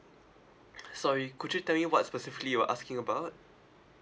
sorry could you tell me what specifically you are asking about